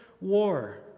war